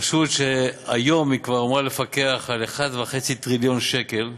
רשות שכבר היום היא אמורה לפקח על 1.5 טריליון שקל.